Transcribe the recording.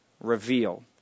reveal